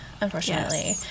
unfortunately